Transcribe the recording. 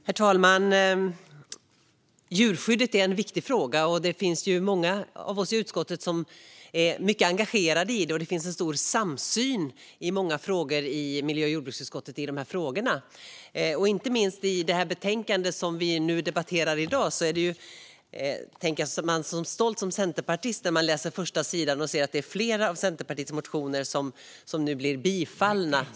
Herr talman! Djurskydd är en viktig fråga. Många av oss i utskottet är mycket engagerade i den, och det finns en stor samsyn i många av dessa frågor i miljö och jordbruksutskottet. När det gäller det betänkande vi debatterar i dag är man som centerpartist stolt när man läser första sidan och ser att flera av Centerpartiets motioner nu bifalls.